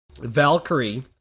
Valkyrie